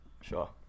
sure